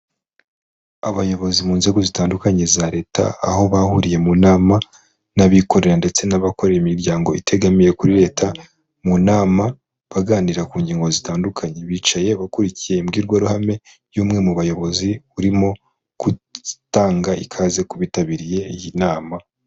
Abayobozi mu nzego zitandukanye za Leta, aho bahuriye mu nama n'abikorera ndetse n'abakora imiryango itegamiye kuri Leta, mu nama baganira ku ngingo zitandukanye. Bicaye bakurikiye imbwirwaruhame y'umwe mu bayobozi urimo gutanga ikaze ku bitabiriye iyi nama.